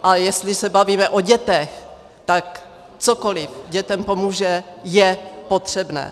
A jestli se bavíme o dětech, tak cokoli dětem pomůže, je potřebné.